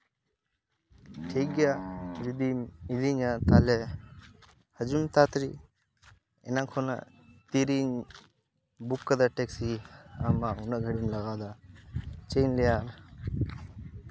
ᱴᱷᱤᱠ ᱜᱮᱭᱟ ᱡᱩᱫᱤᱢ ᱤᱫᱤᱧᱟ ᱛᱟᱦᱞᱮ ᱦᱤᱡᱩᱜ ᱢᱮ ᱛᱟᱲᱟᱛᱟᱹᱲᱤ ᱮᱱᱟᱱ ᱠᱷᱚᱱᱟᱜ ᱛᱤᱨᱤᱧ ᱵᱩᱠ ᱠᱟᱫᱟ ᱴᱮᱠᱥᱤ ᱟᱢ ᱢᱟ ᱩᱱᱟᱹᱜ ᱜᱷᱟᱹᱲᱤᱡ ᱮᱢ ᱞᱟᱜᱟᱣᱫᱟ ᱪᱮᱫ ᱤᱧ ᱞᱟᱹᱭᱟ